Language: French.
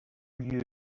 lieu